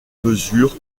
mesure